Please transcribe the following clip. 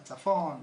בצפון,